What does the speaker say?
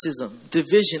division